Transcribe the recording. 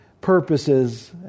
purposes